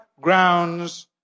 grounds